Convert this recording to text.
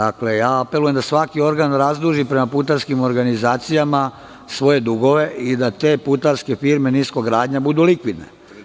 Apelujem na to da svaki organ razduži prema putarskim organizacijama svoje dugove i da te putarske firme nisko gradnja budu likvidne.